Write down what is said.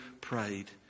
prayed